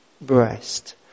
breast